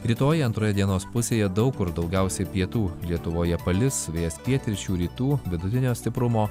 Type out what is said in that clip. rytoj antroje dienos pusėje daug kur daugiausiai pietų lietuvoje palis vėjas pietryčių rytų vidutinio stiprumo